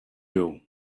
you